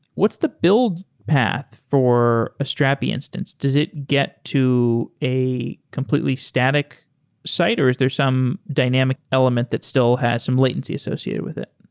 what's the build path for a strapi instance? does it get to a completely static site or is there some dynamic element that still have some latency associated with it?